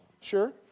sure